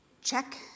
check